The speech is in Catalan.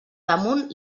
damunt